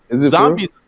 zombies